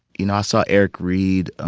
you know, i saw eric reid